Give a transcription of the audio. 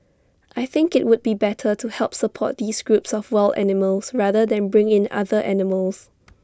I think IT would be better to help support these groups of wild animals rather than bring in other animals